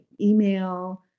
email